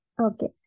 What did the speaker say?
Okay